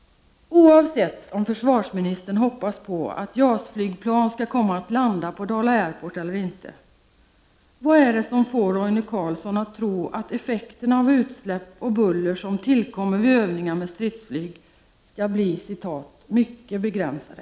Oavsett om försvarsministern hoppas på att JAS-flygplan skall komma att landa på Dala Airport eller inte, undrar jag: Vad är det som får Roine Carlsson att tro att effekterna av utsläpp och buller som tillkommer vid övningar med stridsflyg skall bli ”mycket begränsade”?